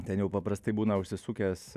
ten jau paprastai būna užsisukęs